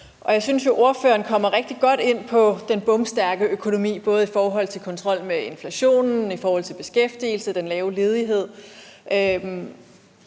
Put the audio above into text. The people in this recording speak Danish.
Jeg synes jo, at ordføreren kommer rigtig godt ind på den bomstærke økonomi, både i forhold til kontrol med inflationen og i forhold til beskæftigelse og den lave ledighed.